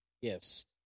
yes